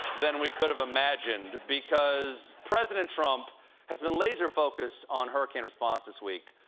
than we could have imagined because president trump has been laser-focused on hurricane response this week,